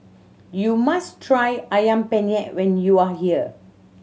you must try Ayam Penyet when you are here